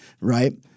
right